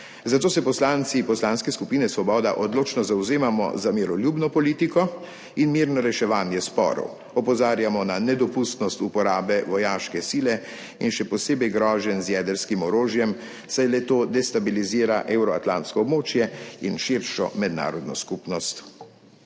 zato se poslanci Poslanske skupine Svoboda odločno zavzemamo za miroljubno politiko in mirno reševanje sporov. Opozarjamo na nedopustnost uporabe vojaške sile in še posebej groženj z jedrskim orožjem, saj le-to destabilizira evroatlantsko območje in širšo mednarodno skupnost.